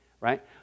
right